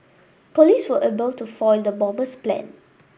police were able to foil the bomber's plan